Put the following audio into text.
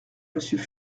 monsieur